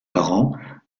parents